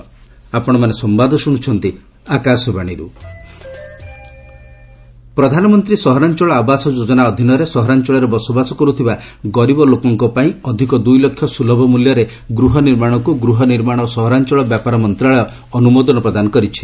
centre houses ପ୍ରଧାନମନ୍ତ୍ରୀ ସହରାଞ୍ଚଳ ଆବାସ ଯୋଜନା ଅଧୀନରେ ସହରାଞ୍ଚଳରେ ବସବାସ କର୍ତ୍ତିବା ଗରିବ ଲୋକଙ୍କ ପାଇଁ ଅଧିକ ଦୂଇ ଲକ୍ଷ ସ୍କୁଲଭ ମୂଲ୍ୟରେ ଗୃହ ନିର୍ମାଣକୁ ଗୃହ ନିର୍ମାଣ ଓ ସହରାଞଳ ବ୍ୟାପାର ମନ୍ତ୍ରଣାଳୟ ଅନୁମୋଦନ ପ୍ରଦାନ କରିଛି